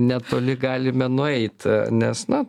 netoli galime nueit nes na